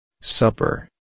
Supper